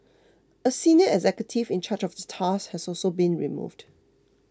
a senior executive in charge of the task has also been removed